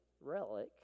relic